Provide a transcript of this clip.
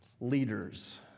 leaders